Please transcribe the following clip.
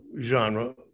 genre